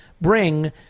bring